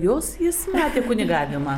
jos jis metė kunigavimą